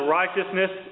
righteousness